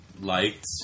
liked